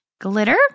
Glitter